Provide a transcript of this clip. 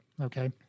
Okay